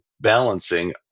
balancing